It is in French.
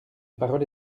parole